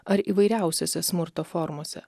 ar įvairiausiose smurto formose